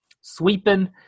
sweeping